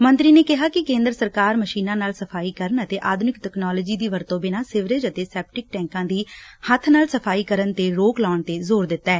ਮੰਤਰੀ ਨੇ ਕਿਹਾ ਕਿ ਕੇਦਰ ਸਰਕਾਰ ਮਸ਼ੀਨ ਨਾਲ ਸਫ਼ਾਈ ਕਰਨ ਅਤੇ ਆਧੁਨਿਕ ਤਕਨਾਲੋਜੀ ਦੀ ਵਰਤੋ ਬਿਨਾ ਸੀਵਰੇਜ ਅਤੇ ਸੈਪਟਿਕ ਟੈਕਾਂ ਦੀ ਹੱਬ ਨਾਲ ਸਫਾਈ ਕਰਨ ਤੇ ਰੋਕ ਲਾਉਣ ਤੇ ਜ਼ੋਰ ਦਿੱਤੈ